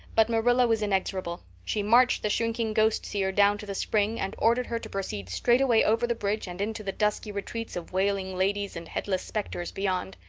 but marilla was inexorable. she marched the shrinking ghost-seer down to the spring and ordered her to proceed straightaway over the bridge and into the dusky retreats of wailing ladies and headless specters beyond.